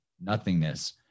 nothingness